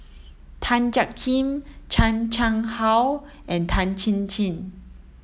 Tan Jiak Kim Chan Chang How and Tan Chin Chin